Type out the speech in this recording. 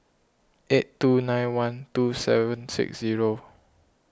eight two nine one two seven six zero